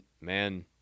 man